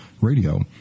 radio